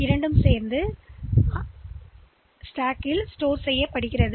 எனவே அவர்கள் காப்பாற்றப்படுவார்கள்